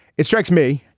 it strikes me